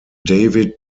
david